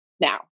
Now